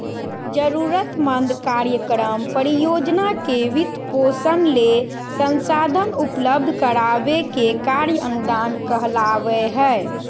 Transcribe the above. जरूरतमंद कार्यक्रम, परियोजना के वित्तपोषण ले संसाधन उपलब्ध कराबे के कार्य अनुदान कहलावय हय